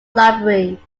library